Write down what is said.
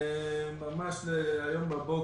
ממש להבוקר.